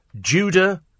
Judah